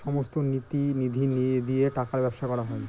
সমস্ত নীতি নিধি দিয়ে টাকার ব্যবসা করা হয়